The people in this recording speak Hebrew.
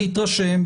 להתרשם,